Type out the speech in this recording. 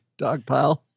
Dogpile